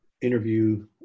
interview